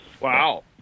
Wow